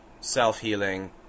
self-healing